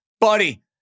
Buddy